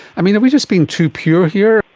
i mean, are we just being too pure here?